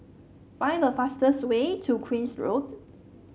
find the fastest way to Queen's Road